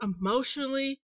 emotionally